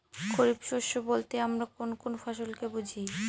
খরিফ শস্য বলতে আমরা কোন কোন ফসল কে বুঝি?